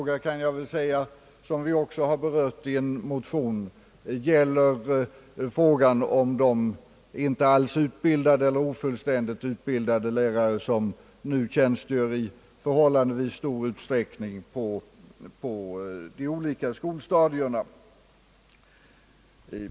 En annan lärarfråga, som vi också har berört i en motion, gäller frågan om de icke alls utbildade eller de ofullständigt utbildade lärarna, som nu tjänstgör i förhållandevis stor utsträckning på de olika skolstadierna.